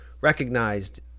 recognized